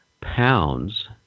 pounds